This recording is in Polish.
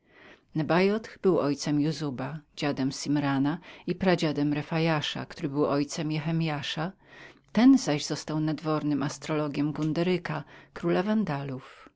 nabaioth był ojcem juzuba dziadem simrona i pradziadem refaiaha który był ojcem jehemiasza ten zaś został nadwornym astrologiem gunderyka króla